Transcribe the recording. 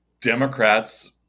Democrats